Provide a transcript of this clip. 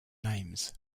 names